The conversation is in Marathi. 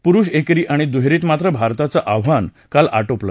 पुरुष एकेरी आणि दुहेरीत मात्र भारताचं आव्हान काल आटोपलं